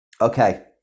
Okay